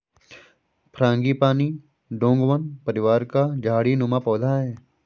frangipani डोंगवन परिवार का झाड़ी नुमा पौधा है